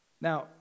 Now